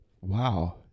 Wow